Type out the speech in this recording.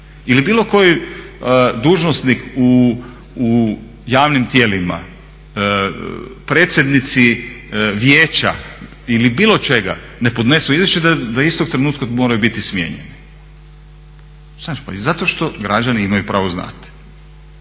ili bilo koji dužnosnik u javnim tijelima, predsjednici vijeća ili bilo čega ne podnesu izvješće da istog trenutka moraju biti smijenjeni. Zato što građani imaju pravo znati.